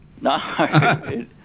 no